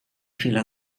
fila